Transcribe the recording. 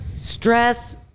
stress